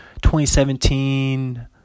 2017